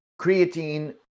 creatine